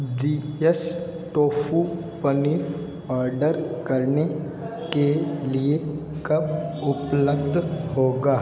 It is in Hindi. ब्रियस टोफू पनीर ऑर्डर करने के लिए कब उपलब्ध होगा